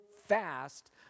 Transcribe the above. fast